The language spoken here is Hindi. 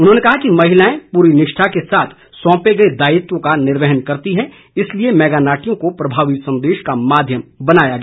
उन्होंने कहा कि महिलाएं पूरी निष्ठा के साथ सौंपे गए दायित्व का निर्वहन करती है इसलिए मेगा नाटियों को प्रभावी संदेश का माध्यम बनाया गया